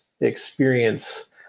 experience